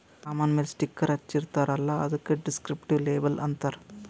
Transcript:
ಸಾಮಾನ್ ಮ್ಯಾಲ ಸ್ಟಿಕ್ಕರ್ ಹಚ್ಚಿರ್ತಾರ್ ಅಲ್ಲ ಅದ್ದುಕ ದಿಸ್ಕ್ರಿಪ್ಟಿವ್ ಲೇಬಲ್ ಅಂತಾರ್